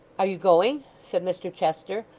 are you going said mr chester,